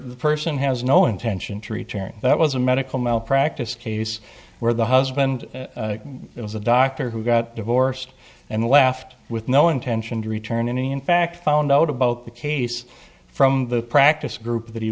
the person has no intention to return that was a medical malpractise case where the husband was a doctor who got divorced and left with no intention to return in fact found out about the case from the practice group that he